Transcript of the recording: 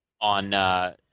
on